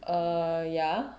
err ya